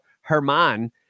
Herman